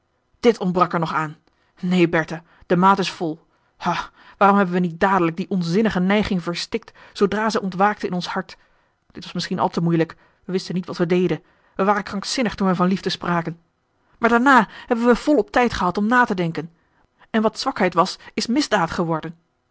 dit ontbrak er nog aan neen bertha de maat is vol o waarom hebben wij niet dadelijk die onzinnige neiging verstikt zoodra zij ontwaakte in ons hart dit was misschien al te moeilijk wij wisten niet wat wij deden wij waren krankzinnig toen wij van liefde spraken maar daarna hebben wij volop tijd gehad om natedenken en wat zwakheid was is misdaad geworden